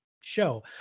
show